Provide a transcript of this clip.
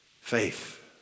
Faith